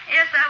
Yes